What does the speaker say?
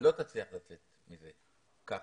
תצליח לצאת מזה ככה.